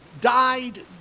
died